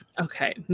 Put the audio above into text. Okay